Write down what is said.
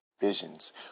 visions